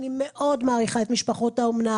אני מאוד מעריכה את משפחות האומנה.